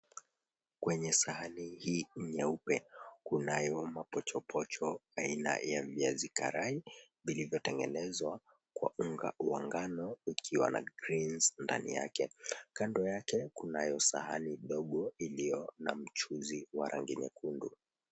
Kwenye sahani hii nyeupe kunayo mapochopocho aina ya viazi karai vilivyotengenezwa kwa unga wa ngano ikiwa na greens ndani yake. Kando yake kunayo sahani dogo iliyo na mchuzi wa rangi nyekundu.